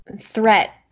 threat